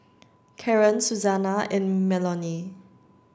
Karren Suzanna and Melony